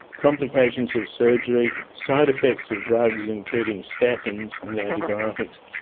complications of surgery, side-effects of drugs including statins and antibiotics,